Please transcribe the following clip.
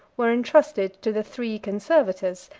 were intrusted to the three conservators,